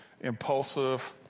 impulsive